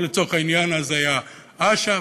ולצורך העניין היה אז אש"ף.